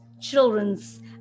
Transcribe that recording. children's